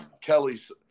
Kelly's